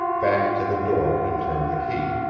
backed to the door and turned the key.